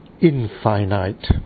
infinite